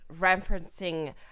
referencing